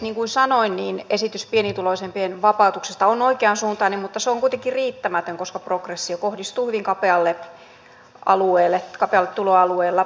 niin kuin sanoin esitys pienituloisimpien vapautuksesta on oikeansuuntainen mutta se on kuitenkin riittämätön koska progressio kohdistuu hyvin kapealle tuloalueelle